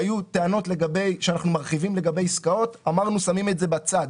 פה היו טענות שאנחנו מרחיבים לגבי עסקאות ואמרנו שאנחנו שמים את זה בצד.